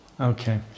Okay